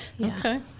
Okay